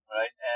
right